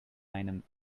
einem